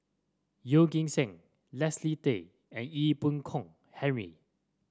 Yeo Kim Seng Leslie Tay and Ee Boon Kong Henry